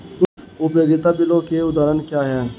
उपयोगिता बिलों के उदाहरण क्या हैं?